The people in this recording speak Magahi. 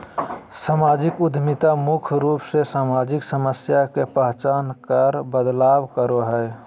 सामाजिक उद्यमिता मुख्य रूप से सामाजिक समस्या के पहचान कर बदलाव करो हय